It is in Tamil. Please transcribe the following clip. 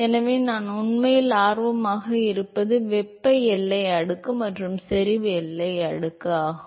எனவே நாம் உண்மையில் ஆர்வமாக இருப்பது வெப்ப எல்லை அடுக்கு மற்றும் செறிவு எல்லை அடுக்கு ஆகும்